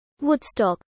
Woodstock